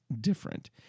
different